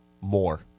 more